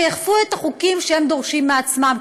שיאכפו את החוקים שהם דורשים על עצמם,